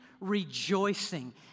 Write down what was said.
rejoicing